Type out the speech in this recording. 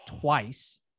twice